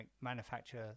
manufacture